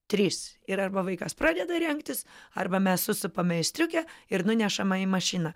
trys ir arba vaikas pradeda rengtis arba mes susupame į striukę ir nunešame į mašiną